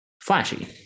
flashy